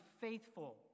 faithful